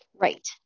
right